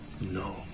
No